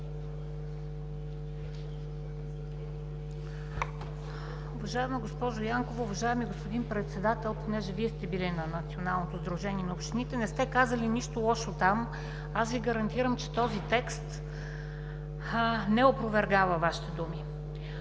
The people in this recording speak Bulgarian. Уважаема госпожо Янкова, уважаеми господин Председател! Понеже Вие сте били на заседанието на Националното сдружение на общините, не сте казали нищо лошо там. Аз Ви гарантирам, че този текст не опровергава Вашите думи.